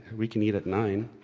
we can eat at nine.